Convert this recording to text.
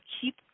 keep